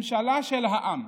ממשלה של העם,